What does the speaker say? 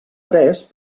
tres